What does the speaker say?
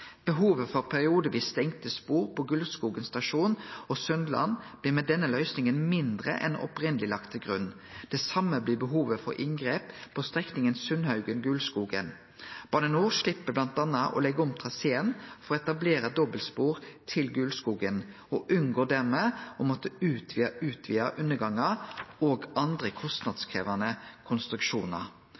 Behovet for periodevis stengte spor på Gulskogen stasjon og Sundland blir med denne løysinga mindre enn ein først har lagt til grunn. Det same blir behovet for inngrep på strekninga Sundhaugen–Gulskogen. Bane NOR slepp bl.a. å leggje om traseen for å etablere dobbeltspor til Gulskogen og unngår dermed å måtte utvide undergangar og andre kostnadskrevjande konstruksjonar.